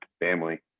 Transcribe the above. family